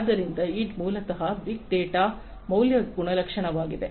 ಆದ್ದರಿಂದ ಇದು ಮೂಲತಃ ಬೀಗ್ ಡೇಟಾ ದ ಮೌಲ್ಯ ಗುಣಲಕ್ಷಣವಾಗಿದೆ